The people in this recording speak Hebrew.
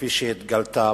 כפי שהתגלתה